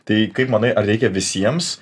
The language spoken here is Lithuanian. tai kaip manai ar reikia visiems